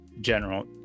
general